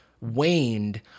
waned